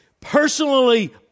personally